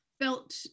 felt